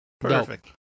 Perfect